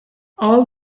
all